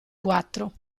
quattro